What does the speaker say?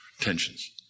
tensions